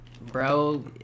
bro